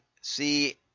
see